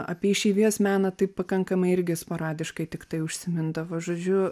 apie išeivijos meną taip pakankamai irgi sporadiškai tiktai užsimindavo žodžiu